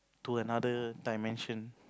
to another dimension